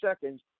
seconds